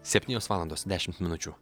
septynios valandos dešimt minučių